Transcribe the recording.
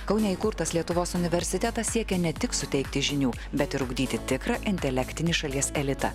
kaune įkurtas lietuvos universitetas siekė ne tik suteikti žinių bet ir ugdyti tikrą intelektinį šalies elitą